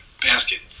basket